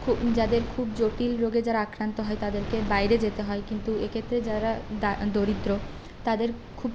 খুব যাদের খুব জটিল রোগে যারা আক্রান্ত হয় তাদেরকে বাইরে যেতে হয় কিন্তু এক্ষেত্রে যারা দরিদ্র তাদের খুব